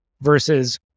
versus